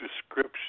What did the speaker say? description